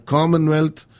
Commonwealth